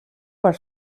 per